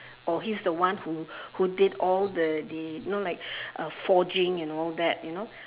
or he is the one who who did all the the you know like forging and all that you know